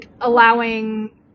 allowing